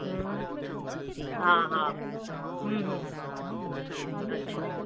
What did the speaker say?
हा हा अछा